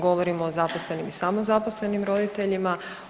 Govorim o zaposlenim i samozaposlenim roditeljima.